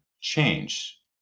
change